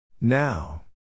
Now